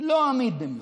לא אמיד במיוחד.